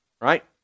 Right